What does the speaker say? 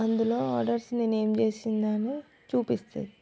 అందులో ఆర్డర్స్ నేనేంచేసిందని చూపిస్తుంది